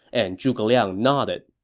and zhuge liang nodded.